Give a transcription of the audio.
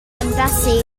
embassy